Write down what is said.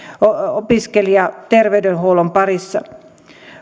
opiskelijaterveydenhuollon parissa